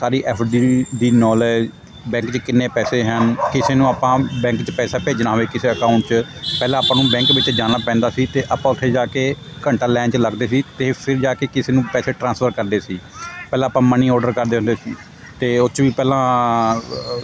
ਸਾਰੀ FD ਦੀ knowledge bank 'ਚ ਕਿੰਨੇ ਪੈਸੇ ਹਨ ਕਿਸੇ ਨੂੰ ਆਪਾਂ ਬੈਂਕ 'ਚ ਪੈਸਾ ਭੇਜਣਾ ਹੋਵੇ ਕਿਸੇ ਅਕਾਊਂਟ 'ਚ ਪਹਿਲਾਂ ਆਪਾਂ ਨੂੰ ਬੈਂਕ ਵਿੱਚ ਜਾਣਾ ਪੈਂਦਾ ਸੀ ਅਤੇ ਆਪਾਂ ਉੱਥੇ ਜਾ ਕੇ ਘੰਟਾ ਲਾਈਨ 'ਚ ਲੱਗਦੇ ਸੀ ਤੇ ਫਿਰ ਜਾ ਕੇ ਕਿਸੇ ਨੂੰ ਪੈਸੇ ਟ੍ਰਾਂਸਫਰ ਕਰਦੇ ਸੀ ਪਹਿਲਾਂ ਆਪਾਂ ਮਨੀ ਔਰਡਰ ਕਰਦੇ ਹੁੰਦੇ ਸੀ ਅਤੇ ਉਹ 'ਚ ਵੀ ਪਹਿਲਾਂ